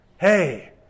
Hey